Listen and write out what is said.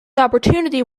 opportunity